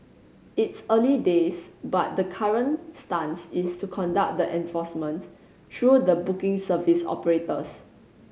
it's early days but the current stance is to conduct the enforcement through the booking service operators